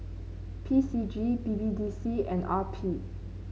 P C G B B D C and R P